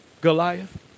Goliath